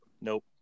Nope